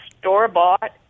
store-bought